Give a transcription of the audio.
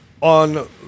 on